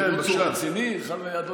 בחייך, אתה איש רציני, אתה יודע את זה טוב מאוד.